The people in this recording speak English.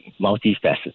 multifaceted